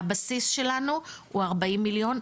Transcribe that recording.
הבסיס שלנו הוא 40 מיליון,